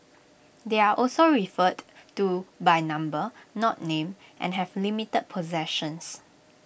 they are also referred to by number not name and have limited possessions